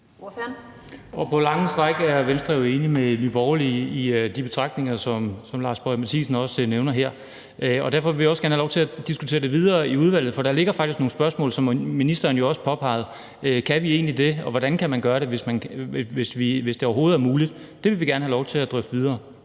På lange stræk er Venstre jo enige med Nye Borgerlige i de betragtninger, som Lars Boje Mathiesen nævner her, og derfor vil vi også gerne have lov til at diskutere det videre i udvalget. For der ligger faktisk nogle spørgsmål, som ministeren jo også påpegede – kan vi egentlig det, og hvordan kan man gøre det, hvis det overhovedet er muligt? Det vil vi gerne have lov til at drøfte videre,